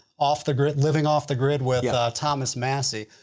off the grid living off the grid with yeah thomas massie.